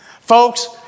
Folks